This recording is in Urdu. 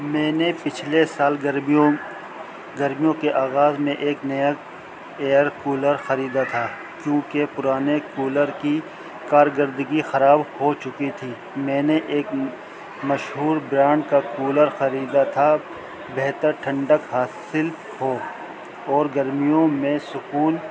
میں نے پچھلے سال گرمیوں گرمیوں کے آغاز میں ایک نیا ایئر کولر خریدا تھا کیونکہ پرانے کولر کی کارگرردگی خراب ہو چکی تھی میں نے ایک مشہور برانڈ کا کولر خریدا تھا بہتر ٹھنڈک حاصل ہو اور گرمیوں میں سکون